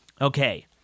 Okay